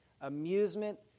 amusement